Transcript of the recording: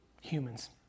Humans